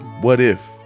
what-if